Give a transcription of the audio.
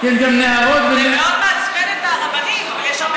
הרבה נוהרות.